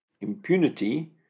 impunity